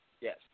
Yes